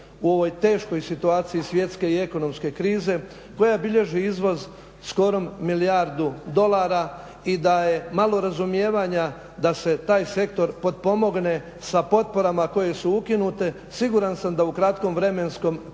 u ovoj teškoj situaciji svjetske i ekonomske krize koja bilježi izvoz skoro milijardu dolara i da je malo razumijevanja da se taj sektor potpomogne sa potporama koje su ukinute, siguran sam da u kratkom vremenskom periodu